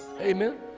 Amen